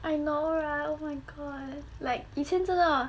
I know right oh my god like 以前真的